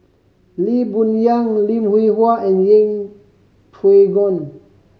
Lee Boon Yang Lim Hwee Hua and Yeng Pway Ngon